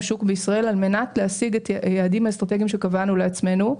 שוק בישראל על מנת להשיג את היעדים האסטרטגיים שקבענו לעצמנו.